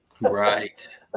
right